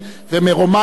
רובם עובדים זרים.